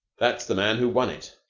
that's the man who won it.